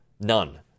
None